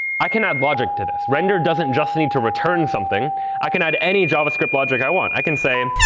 i can add logic to this. render doesn't just need to return something i can add any javascript logic i want. i can say,